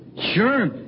Sure